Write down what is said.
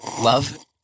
love